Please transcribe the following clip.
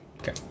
Okay